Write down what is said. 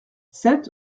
sept